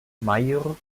mayr